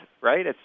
right